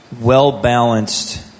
well-balanced